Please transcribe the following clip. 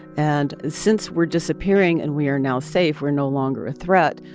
and since we're disappearing and we are now safe, we're no longer a threat.